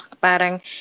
parang